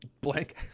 Blank